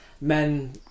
men